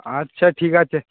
আচ্ছা ঠিক আছে